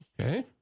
Okay